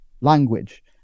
language